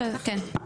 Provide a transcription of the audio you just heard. כן?